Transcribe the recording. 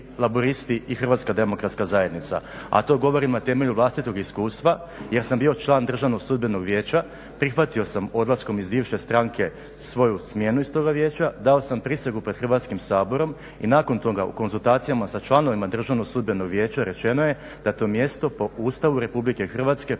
laburisti i Hrvatska demokratska zajednica. A to govorim i na temelju vlastitog iskustva jer sam bio član Državnog sudbenog vijeća, prihvatio sam odlaskom iz bivše stranke svoju smjenu iz toga vijeća, dao sam prisegu pred Hrvatskim saborom i nakon toga u konzultacijama sa članovima Državnog sudbenog vijeća rečeno je da to mjesto po Ustavu Republike Hrvatske pripada